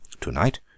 To-night